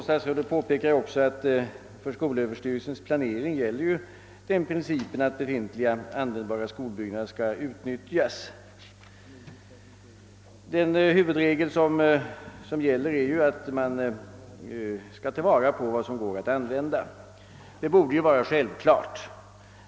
Statsrådet påpekar också att för skolöverstyrelsens planering gäller den principen att befintliga användbara skolbyggnader skall utnyttjas. Den huvudregel som gäller är att man skall ta till vara vad som går att använda. Det borde vara självklart.